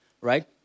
right